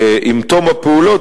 עם תום הפעולות,